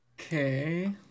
Okay